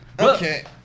Okay